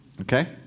Okay